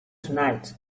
tonight